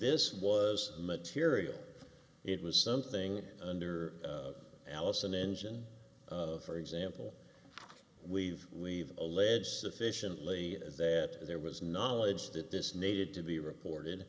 this was material it was something under allison engine of for example we've we've alleged sufficiently that there was knowledge that this needed to be reported